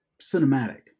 cinematic